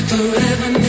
Forever